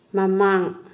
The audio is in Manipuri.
ꯃꯃꯥꯡ